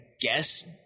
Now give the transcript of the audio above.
guess